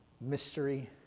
mystery